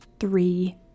three